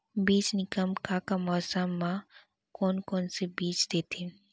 बीज निगम का का मौसम मा, कौन कौन से बीज देथे?